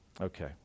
Okay